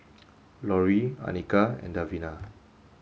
Lori Annika and Davina